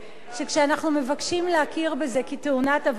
שכשאנחנו מבקשים להכיר בזה כתאונת עבודה,